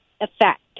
effect